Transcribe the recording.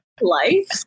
life